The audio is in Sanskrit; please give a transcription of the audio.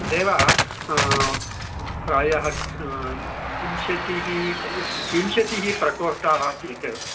तदेव प्रायः विंशतिः विंशतिः प्रकोष्ठाः आसीत्